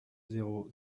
zéro